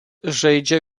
žaidžia